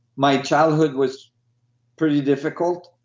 my childhood was pretty difficult.